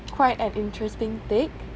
quite an interesting take